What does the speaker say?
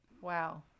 wow